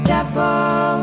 Devil